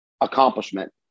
accomplishment